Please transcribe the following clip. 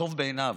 כטוב בעיניו.